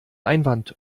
einwand